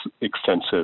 extensive